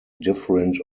different